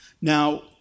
Now